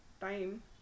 time